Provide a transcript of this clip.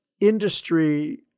industry